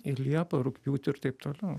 ir liepą rugpjūtį ir taip toliau